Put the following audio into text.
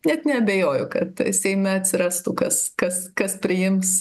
net neabejoju kad seime atsirastų kas kas kas priims